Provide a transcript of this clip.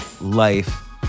life